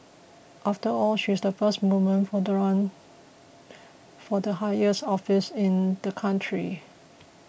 after all she's the first woman for the run for the highest office in the country